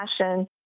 passion